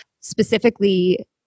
specifically